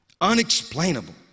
Unexplainable